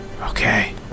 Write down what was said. Okay